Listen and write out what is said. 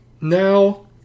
Now